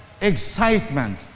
excitement